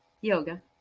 Yoga